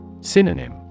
Synonym